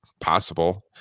possible